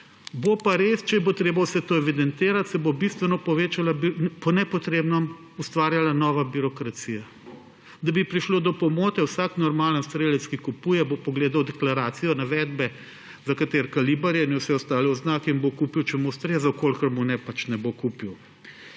bo pa res, če bo treba vse to evidentirati, bistveno povečala po nepotrebnem nova birokracija. Da pa bi prišlo do pomote, vsak normalen strelec, ki kupuje, bo pogledal deklaracijo, navedbe, kaliber in vse ostale oznake in bo kupil, če mu ustreza. Če mu ne, pač ne bo kupil.